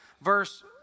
verse